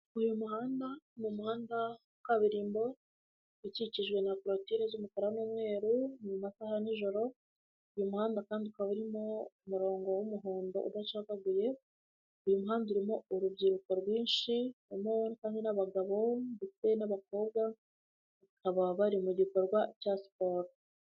Uyu muhanda ni umuhanda wa kaburimbo ukikijwe na korutire z'umukara n'umweru, ni mu masaha ya nijoro, uyu muhanda kandi ukaba urimo umurongo w'umuhondo udacagaguye, uyu muhanda urimo urubyiruko rwinshi harimo kandi n'abagabo ndetse n'abakobwa bakaba bari mu gikorwa cya siporo.